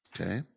okay